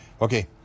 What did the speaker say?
Okay